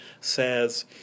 says